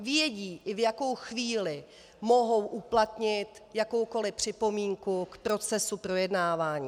Vědí, v jakou chvíli mohou uplatnit jakoukoli připomínku k procesu projednávání.